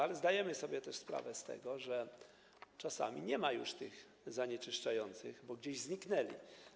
Ale zdajemy sobie też sprawę z tego, że czasami nie ma już tych zanieczyszczających, bo gdzieś zniknęli.